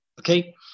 Okay